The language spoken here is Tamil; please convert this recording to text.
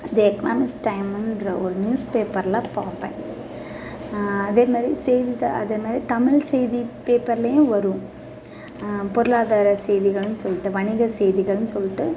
த எக்கனாமிஸ் டைம்முன்ற ஒரு நியூஸ் பேப்பர்ல பார்ப்பேன் அதே மாதிரி செய்தித்தாள் அதே மாதிரி தமிழ் செய்தி பேப்பர்லயும் வரும் பொருளாதார செய்திகள்னு சொல்லிட்டு வணிக செய்திகள்னு சொல்லிட்டு